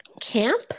Camp